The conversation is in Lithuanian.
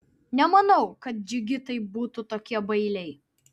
nemanau kad džigitai būtų tokie bailiai